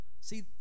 See